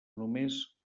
només